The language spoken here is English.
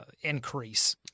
increase